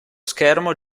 schermo